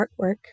artwork